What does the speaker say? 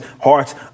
hearts